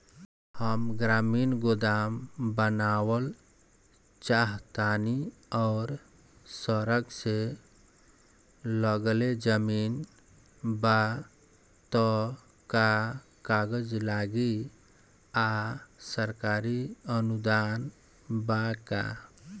हम ग्रामीण गोदाम बनावल चाहतानी और सड़क से लगले जमीन बा त का कागज लागी आ सरकारी अनुदान बा का?